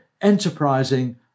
enterprising